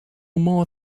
more